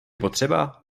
potřeba